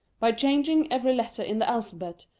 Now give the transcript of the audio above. by changing every letter in the alphabet,